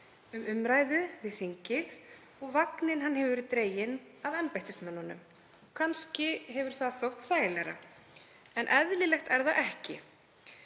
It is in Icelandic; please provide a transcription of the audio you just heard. um umræðu við þingið og vagninn hefur verið dreginn af embættismönnunum. Kannski hefur það þótt þægilegra en eðlilegt er það ekki.